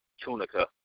Tunica